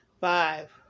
Five